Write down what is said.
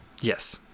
yes